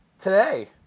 today